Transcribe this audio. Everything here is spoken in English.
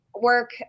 work